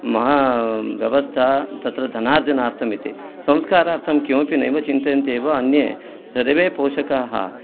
मह व्यवस्था तत्र धनार्जनार्थम् इति संस्कारार्थं किमपि नैव चिन्त्यन्ते एव अन्ये सर्वे पोषकाः